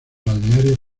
balnearios